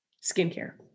Skincare